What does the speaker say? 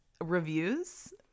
reviews